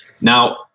Now